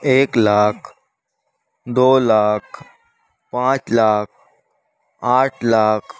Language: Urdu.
ایک لاکھ دو لاکھ پانچ لاکھ آٹھ لاکھ